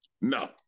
No